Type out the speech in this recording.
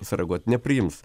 sureaguot nepriims